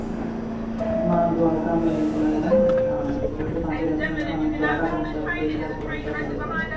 मां द्वारका में रहंदी आहियां तव्हां लिखी वठो तव्हांजे रैस्टोरेंट खां मूं ज़्यादा कोन अथव टे चारि किलोमीटर परे अथव